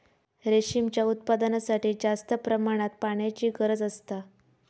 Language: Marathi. रेशीमच्या उत्पादनासाठी जास्त प्रमाणात पाण्याची गरज असता